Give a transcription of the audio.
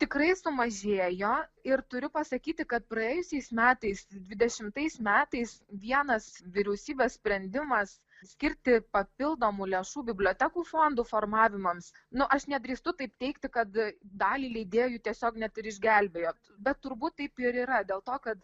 tikrai sumažėjo ir turiu pasakyti kad praėjusiais metais dvidešimtais metais vienas vyriausybės sprendimas skirti papildomų lėšų bibliotekų fondų formavimams nu aš nedrįstu taip teigti kad dalį leidėjų tiesiog net ir išgelbėjo bet turbūt taip ir yra dėl to kad